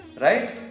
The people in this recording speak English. right